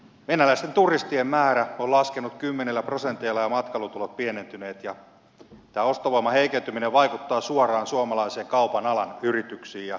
venäläisten turistien määrä on laskenut kymmenillä prosenteilla ja matkailutulot pienentyneet ja tämä ostovoiman heikentyminen vaikuttaa suoraan suomalaisiin kaupan alan yrityksiin ja matkailupuolelle